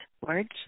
words